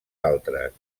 altres